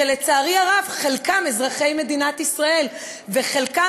שלצערי הרב חלקם אזרחי מדינת ישראל וחלקם